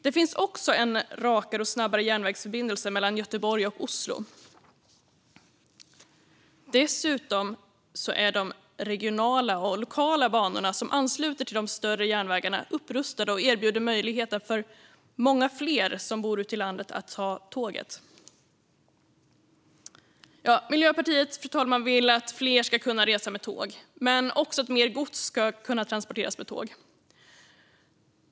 Det finns också en rakare och snabbare järnvägsförbindelse mellan Göteborg och Oslo. Dessutom är de regionala och lokala banorna, som ansluter till de större järnvägarna, upprustade och erbjuder möjligheter för många fler som bor ute i landet att ta tåget. Fru talman! Miljöpartiet vill att fler ska kunna resa med tåg men också att mer gods ska kunna transporteras med tåg.